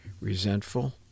resentful